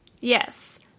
yes